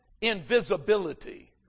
invisibility